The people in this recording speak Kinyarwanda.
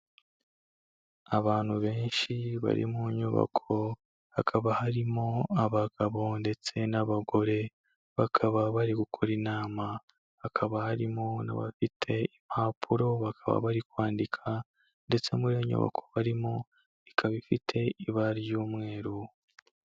Abantu benshi bari mu nyubako, hakaba harimo abagabo ndetse n'abagore bakaba bari gukora inama hakaba harimo n'abafite impapuro bakaba bari kwandika, ndetse muri iyo nyubako barimo ikaba ifite ibara ry'umweru.